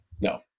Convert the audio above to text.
no